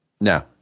No